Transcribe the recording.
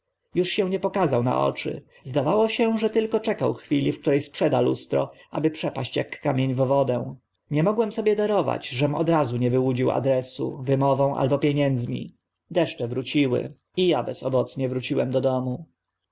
się nie pokazał na oczy zdawało się że tylko czekał chwili w które sprzeda lustro aby przepaść ak kamień w wodę nie mogłem sobie darować żem od razu nie wyłudził adresu wymową albo pieniędzmi deszcze wróciły i a bezowocnie wróciłem do domu